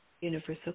universal